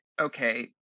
okay